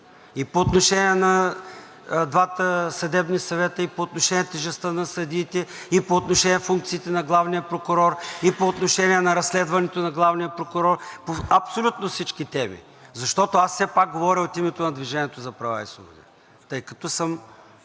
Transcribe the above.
и по отношение на двата съдебни съвета, и по отношение тежестта на съдиите, и по отношение функциите на главния прокурор, и по отношение на разследването на главния прокурор, по абсолютно всички теми, защото аз все пак говоря от името на „Движение за права и свободи“, тъй като съм